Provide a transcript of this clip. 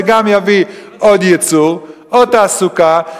זה גם יביא עוד ייצור, עוד תעסוקה.